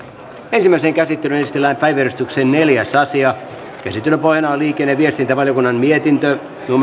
ensimmäiseen käsittelyyn esitellään päiväjärjestyksen neljäs asia käsittelyn pohjana on liikenne ja viestintävaliokunnan mietintö